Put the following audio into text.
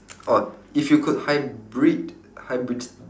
oh if you could hybrid hybrid~